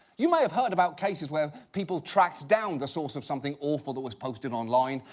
you may have heard about cases where people tracked down the source of something awful that was posted online,